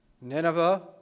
Nineveh